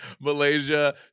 Malaysia